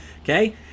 Okay